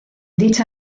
dicha